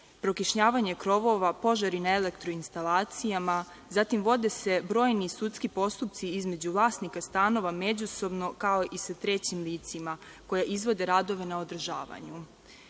prokišnjavanje krovova, požari na elektroinstalacijama, zatim se vode brojni sudski postupci između vlasnika stanova međusobno, kao i sa trećim licima koja izvode radove na održavanju. Zapuštenost